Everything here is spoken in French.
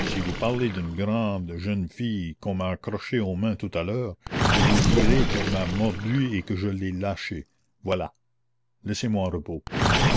si vous parlez d'une grande jeune fille qu'on m'a accrochée aux mains tout à l'heure je vous dirai qu'elle m'a mordue et que je l'ai lâchée voilà laissez-moi en repos